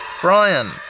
Brian